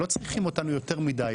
הם לא צריכים אותנו יותר מדי,